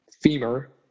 femur